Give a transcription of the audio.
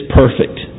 perfect